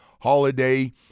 holiday